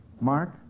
Mark